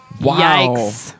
wow